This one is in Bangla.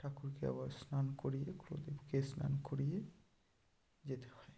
ঠাকুরকে আবার স্নান করিয়ে কুলদেবকে স্নান করিয়ে যেতে হয়